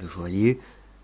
le joaillier